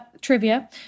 trivia